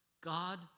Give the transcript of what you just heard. God